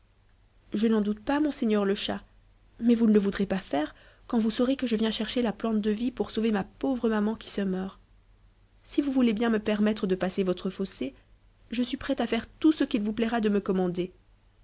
je n'en doute pas monseigneur le chat mais vous ne le voudrez pas faire quand vous saurez que je viens chercher la plante de vie pour sauver ma pauvre maman qui se meurt si vous voulez bien me permettre de passer votre fossé je suis prêt à faire tout ce qu'il vous plaira de me commander